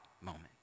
moment